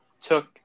took